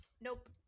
Nope